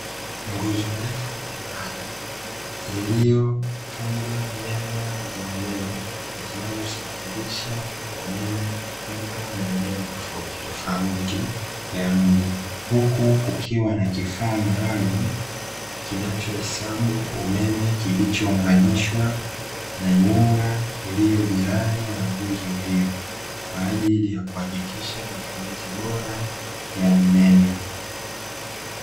Nguzo ndefu imara iliyofungwa nyaya za umeme, zinazosafirisha umeme kutoka maeneo tofautitofauti ya mji. Huku kukiwa na kifaa maalumu kinachohesabu umeme kilichounganishwa na nyumba iliyo jirani na nguzo hiyo, kwa ajili ya kuhakikisha matumizi bora ya umeme.